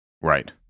Right